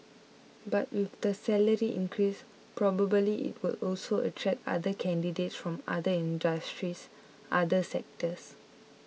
but with the salary increase probably it will also attract other candidates from other industries other sectors